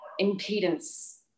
impedance